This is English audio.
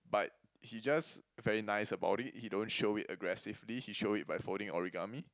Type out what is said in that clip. but he just very nice about it he don't show it aggressively he show it by folding origami